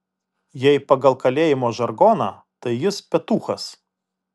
jei pagal kalėjimo žargoną tai jis petūchas